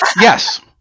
Yes